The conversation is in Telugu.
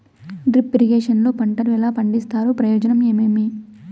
డ్రిప్ ఇరిగేషన్ లో పంటలు ఎలా పండిస్తారు ప్రయోజనం ఏమేమి?